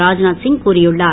ராத்நாத் சிங் கூறியுள்ளார்